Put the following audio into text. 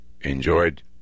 enjoyed